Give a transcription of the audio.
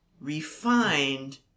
refined